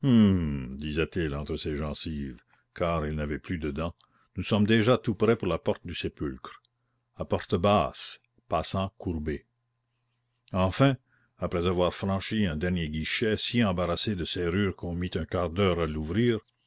disait-il entre ses gencives car il n'avait plus de dents nous sommes déjà tout prêt pour la porte du sépulcre à porte basse passant courbé enfin après avoir franchi un dernier guichet si embarrassé de serrures qu'on mit un quart d'heure à l'ouvrir